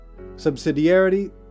subsidiarity